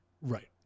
Right